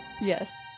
Yes